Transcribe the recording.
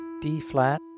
D-flat